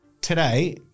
Today